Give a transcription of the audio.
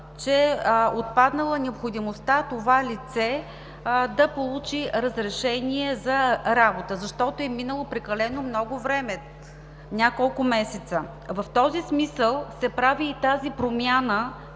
е отпаднала необходимостта това лице да получи разрешение за работа, защото е минало прекалено много време – няколко месеца. В този смисъл се прави и тази промяна